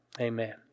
Amen